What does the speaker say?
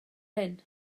hyn